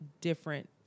different